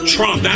Trump